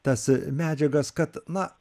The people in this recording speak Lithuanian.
tas medžiagas kad na